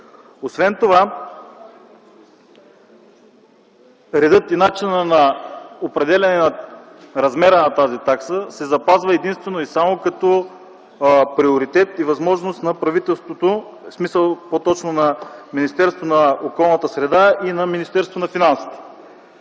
Освен това редът и начинът на определяне на размера на тази такса се запазва единствено и само като приоритет и възможност на правителството, по-точно на Министерството на околната среда и на Министерството на финансите.